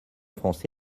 français